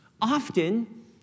often